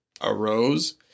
arose